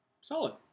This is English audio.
Solid